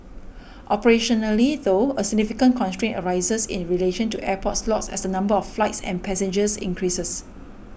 operationally though a significant constraint arises in relation to airport slots as the number of flights and passengers increases